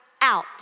out